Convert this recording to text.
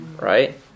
Right